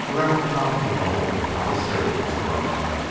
around the top of the knoll a palisade had sprung up.